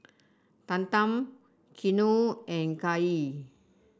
Tatum Keanu and Kaye